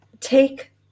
take